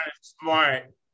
smart